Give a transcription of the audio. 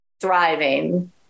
thriving